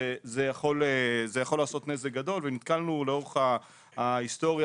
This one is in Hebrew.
זה יכול לעשות נזק גדול ונתקלנו לאורך ההיסטוריה